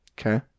Okay